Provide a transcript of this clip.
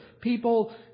people